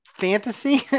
Fantasy